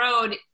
road